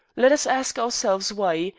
let us ask ourselves why,